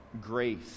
grace